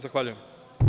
Zahvaljujem.